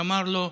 שאמר לו: